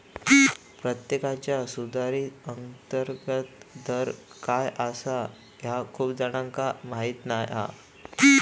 परताव्याचा सुधारित अंतर्गत दर काय आसा ह्या खूप जणांका माहीत नाय हा